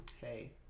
hey